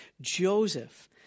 Joseph